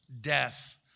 death